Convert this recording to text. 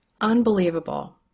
Unbelievable